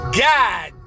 god